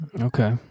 okay